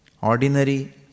Ordinary